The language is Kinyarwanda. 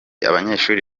abanyeshuri